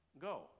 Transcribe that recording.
go